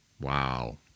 Wow